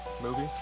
movie